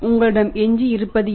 உங்களிடம் எஞ்சி இருப்பது என்ன